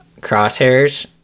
crosshairs